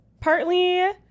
partly